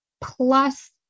plus